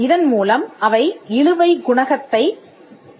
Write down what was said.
இதன் மூலம் அவை இழுவை குணகத்தை வெட்டுகின்றன